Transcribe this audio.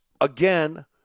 again